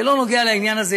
זה לא נוגע לעניין הזה,